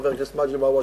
חבר הכנסת מגלי והבה,